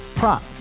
Prop